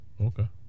Okay